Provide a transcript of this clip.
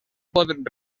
pot